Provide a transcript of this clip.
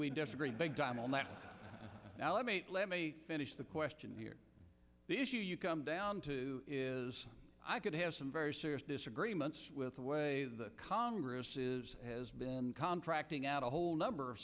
we disagree big time on that now let me let me finish the question here the issue you come down to is i could have some very serious disagreements with the way the congress is has been contracting out a whole number of